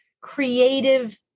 creative